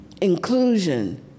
inclusion